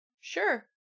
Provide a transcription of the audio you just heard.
Sure